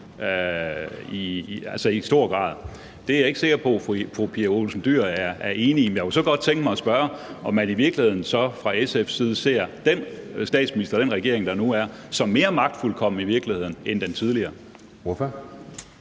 altså i høj grad. Det er jeg ikke sikker på at fru Pia Olsen Dyhr er enig i. Men jeg kunne så godt tænke mig at spørge, om man i virkeligheden så fra SF's side ser den statsminister og den regering, der er der nu, som mere magtfuldkommen end den tidligere.